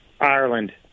Ireland